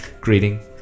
greeting